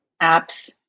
app's